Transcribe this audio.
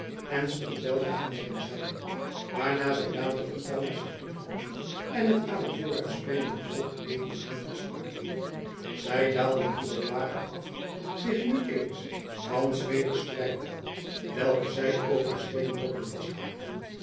en stond weldra aan zijn zijde waarna zij dadelijk het touw naar zich toe trokken en het aan een vooruitspringenden boog nevens hen vastmaakten zij daalden hierop lager af zich nu eens van zweders strijdbijl welke zij over de steenbrokken vasthaakten